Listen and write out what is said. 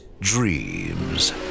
dreams